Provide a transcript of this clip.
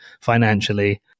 financially